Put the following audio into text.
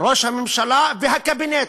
ראש הממשלה והקבינט.